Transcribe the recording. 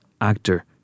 actor